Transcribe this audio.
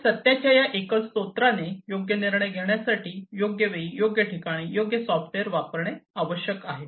तर सत्याच्या या एकल स्त्रोताने योग्य निर्णय घेण्यासाठी योग्य वेळी योग्य ठिकाणी योग्य सॉफ्टवेअर वापरणे आवश्यक आहे